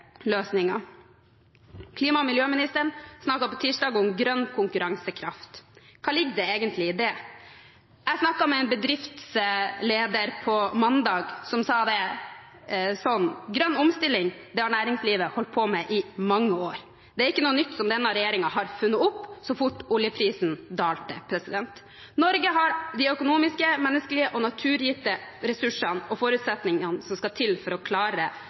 Klima- og miljøministeren snakket på tirsdag om grønn konkurransekraft. Hva ligger egentlig i det? Jeg snakket mandag med en bedriftsleder som sa det sånn: Grønn omstilling har næringslivet holdt på med i mange år. Det er ikke noe nytt som denne regjeringen fant opp så fort oljeprisen dalte. Norge har de økonomiske, menneskelige og naturgitte ressursene og forutsetningene som skal til for å klare